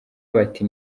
bati